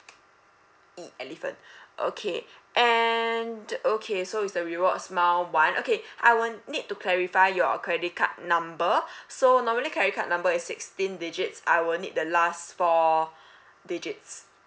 E elephant okay and okay so is the rewards mile [one] okay I will need to clarify your credit card number so normally credit card number is sixteen digits I will need the last four digits